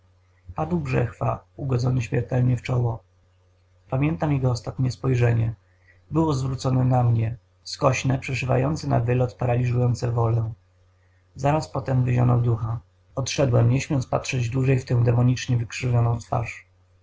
padł brzechwa ugodzony śmiertelnie w czoło pamiętam jego ostatnie spojrzenie było zwrócone na mnie skośne przeszywające na wylot paraliżujące wolę zaraz potem wyzionął ducha odszedłem nie śmiąc patrzeć dłużej w tę demonicznie wykrzywioną twarz